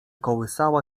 kołysała